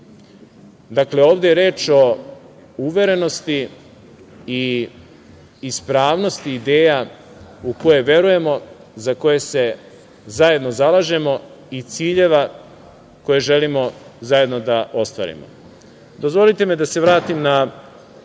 Dakle, ovde je reč o uverenosti i ispravnosti ideja u koje verujemo, za koje se zajedno zalažemo i ciljeva koje želimo zajedno da ostvarimo. Dozvolite mi da se vratim na